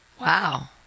Wow